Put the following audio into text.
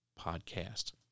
podcast